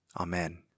Amen